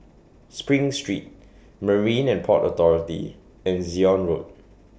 SPRING Street Marine and Port Authority and Zion Road